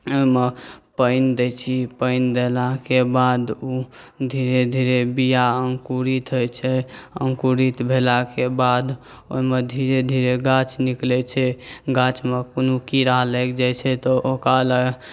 ओहिमे पानि दै छी पानि देलाके बाद ओ धीरे धीरे बीआ अङ्कुरित होइ छै अङ्कुरित भेलाके बाद ओहिमे धीरे धीरे गाछ निकलै छै गाछमे कोनो कीड़ा लागि जाइ छै तऽ ओकरालए